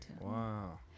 Wow